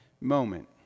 moment